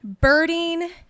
birding